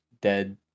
dead